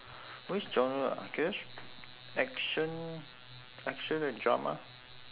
which genre I guess action action and drama